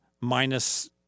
minus